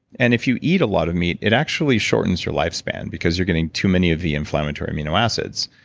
and if you eat a lot of meat, it actually shortens your life span because you're getting too many of the inflammatory amino acids.